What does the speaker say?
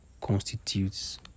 constitutes